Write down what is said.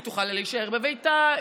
היא תוכל להישאר בביתה,